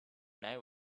night